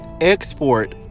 export